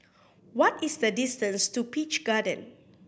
what is the distance to Peach Garden